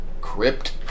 crypt